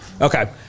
Okay